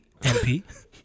MP